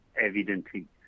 evidently